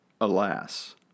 Alas